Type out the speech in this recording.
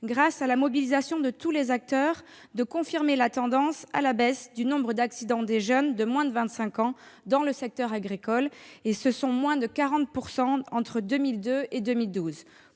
grâce à la mobilisation de tous les acteurs, de confirmer la tendance à la baisse du nombre d'accidents de jeunes de moins de 25 ans dans le secteur agricole- une baisse de 40 % entre 2002 et 2012.